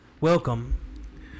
Welcome